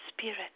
spirit